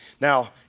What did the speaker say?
Now